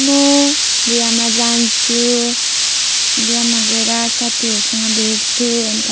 म बिहामा जान्छु बिहामा गएर साथीहरूसँग भेट्छु अन्त